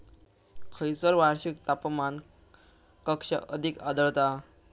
खैयसर वार्षिक तापमान कक्षा अधिक आढळता?